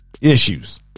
issues